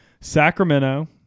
Sacramento